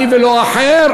אני ולא אחר,